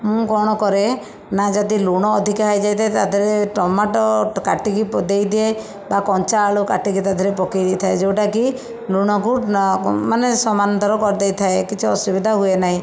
ମୁଁ କଣ କରେ ନା ଯଦି ଲୁଣ ଅଧିକା ହୋଇଯାଇଥାଏ ତା ଦେହରେ ଟମାଟୋ କାଟିକି ଦେଇଦିଏ ବା କଞ୍ଚା ଆଳୁ କାଟିକି ତା ଦେହରେ ପକାଇ ଦେଇଥାଏ ଯେଉଁଟାକି ଲୁଣକୁ ନା ମାନେ ସମାନ୍ତର କରିଦେଇଥାଏ କିଛି ଅସୁବିଧା ହୁଏ ନାହିଁ